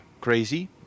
crazy